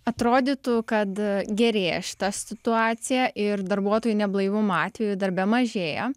atrodytų kad gerėja šita situacija ir darbuotojų neblaivumo atvejų darbe mažėja